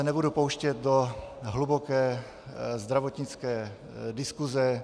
Nebudu se pouštět do hluboké zdravotnické diskuse.